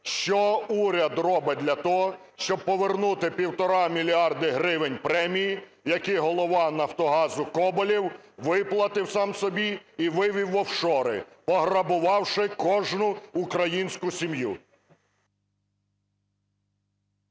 Що уряд робить для того, щоб повернути півтора мільярда гривень премії, які голова "Нафтогазу" Коболєв виплатив сам собі і вивів в офшори, пограбувавши кожну українську сім'ю?